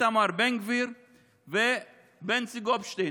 איתמר בן גביר ובנצי גופשטיין.